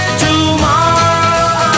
tomorrow